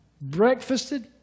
Breakfasted